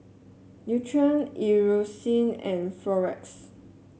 Nutren Eucerin and Floxia